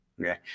okay